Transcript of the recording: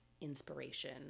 inspiration